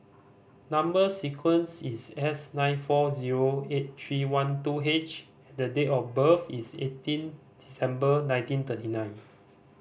number sequence is S nine four zero eight three one two H the date of birth is eighteen December nineteen thirty nine